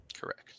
Correct